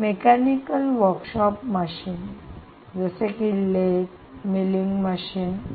mechanical workshop machine mechanical workshop machine यांत्रिकी कार्यशाळा जसे की लेथ मिलिंग मशीन इ